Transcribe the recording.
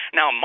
Now